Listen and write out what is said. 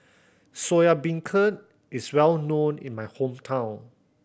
Soya Beancurd is well known in my hometown